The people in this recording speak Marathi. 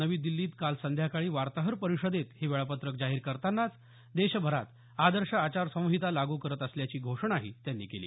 नवी दिछीत काल संध्याकाळी वार्ताहर परिषदेत हे वेळापत्रक जाहीर करतानांच देशभरात आदर्श आचारसंहिता लागू करत असल्याची घोषणाही त्यांनी केली